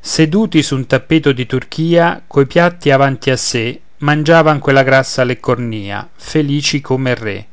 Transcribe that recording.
seduti su un tappeto di turchia coi piatti avanti a sé mangiavan quella grassa leccornia felici come re